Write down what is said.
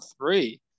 three